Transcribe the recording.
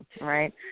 right